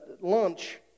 lunch